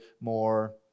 more